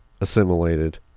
assimilated